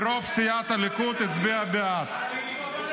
רוב סיעת הליכוד הצביעה בעד.